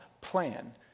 plan